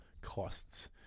costs